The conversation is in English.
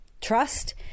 Trust